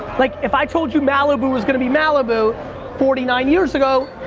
like if i told you malibu was gonna be malibu forty nine years ago,